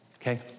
okay